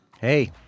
Hey